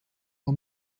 war